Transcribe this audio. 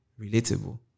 relatable